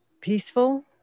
peaceful